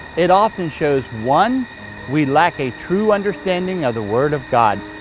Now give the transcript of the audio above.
it often shows one we lack a true understanding of the word of god,